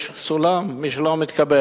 יש סולם, מי שלא מתקבל.